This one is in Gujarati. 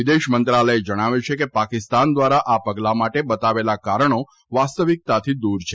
વિદેશ મંત્રાલચે જણાવ્યું છે કે પાકિસ્તાન દ્વારા આ પગલા માટે બતાવેલા કારણો વાસ્તવીકતાથી દૂર છે